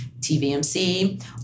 TVMC